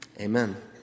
amen